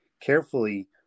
carefully